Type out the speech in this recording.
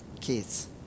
kids